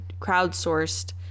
crowdsourced